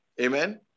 Amen